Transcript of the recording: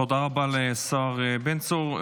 תודה רבה לשר בן צור.